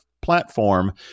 platform